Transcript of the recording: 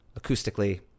acoustically